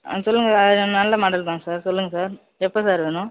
ஆ சொல்லுங்கள் சார் அது நல்ல மாடல் தான் சார் சொல்லுங்கள் சார் எப்போ சார் வேணும்